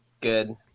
good